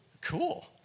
cool